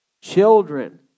Children